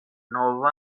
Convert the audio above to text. nova